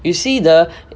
you see the